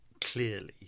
clearly